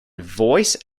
voice